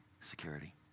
security